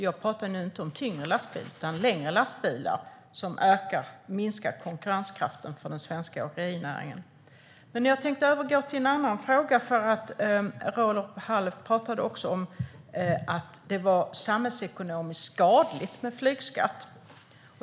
Jag pratar nu inte om tyngre lastbilar utom om längre lastbilar som minskar konkurrenskraften för den svenska åkerinäringen. Jag tänkte dock övergå till en annan fråga. Robert Halef pratade också om att det var samhällsekonomiskt skadligt med flygskatt.